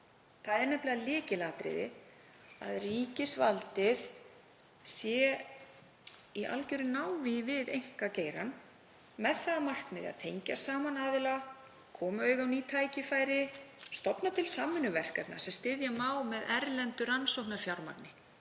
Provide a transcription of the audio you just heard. Það er nefnilega lykilatriði að ríkisvaldið sé í algeru návígi við einkageirann með það að markmiði að tengja saman aðila, koma auga á ný tækifæri, stofna til samvinnuverkefna sem styðja má með erlendu rannsóknarfjármagni,